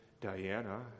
Diana